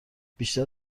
بیشتر